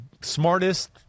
smartest